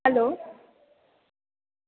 hello